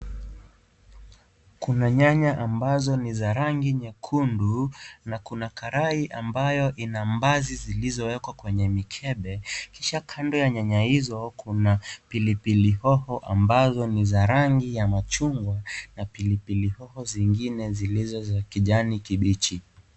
Kuna nyanya ambazo ni za rangi nyekundu na kuna karai ambayo ina mbaazi zilizowekwa kwenye mikebe. Kisha kando ya nyanya hizo kuna pilipili hoho ambazo ni zarangi ya machungwa na pilipili hoho ni za rangi ya kijani kibichi.